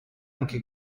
anche